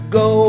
go